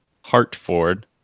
Hartford